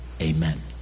Amen